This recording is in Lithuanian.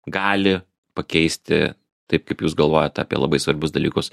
gali pakeisti taip kaip jūs galvojat apie labai svarbius dalykus